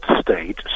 state